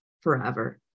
forever